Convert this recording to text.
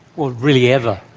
well, really ever.